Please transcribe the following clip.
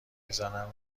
میزنند